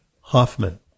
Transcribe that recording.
Hoffman